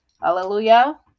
hallelujah